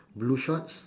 blue shorts